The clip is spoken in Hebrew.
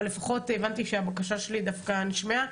אבל לפחות הבנתי שהבקשה שלי דווקא נשמעה.